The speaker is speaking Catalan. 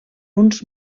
uns